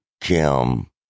Kim